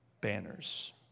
banners